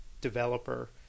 developer